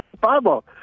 Bible